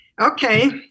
Okay